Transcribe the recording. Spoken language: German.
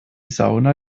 sauna